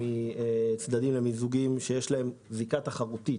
מצדדים במיזוגים שיש להם זיקה תחרותית,